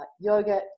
yoga